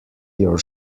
your